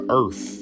earth